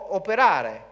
operare